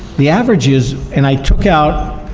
the average is, and i took out